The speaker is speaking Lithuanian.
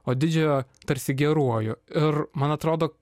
o didžiojo tarsi geruoju ir man atrodo